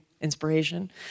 inspiration